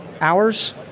hours